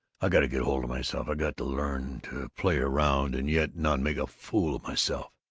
i got to get hold of myself. i got to learn to play around and yet not make a fool of myself.